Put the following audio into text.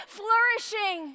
flourishing